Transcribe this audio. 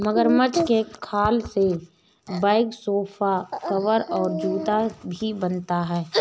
मगरमच्छ के खाल से बैग सोफा कवर और जूता भी बनता है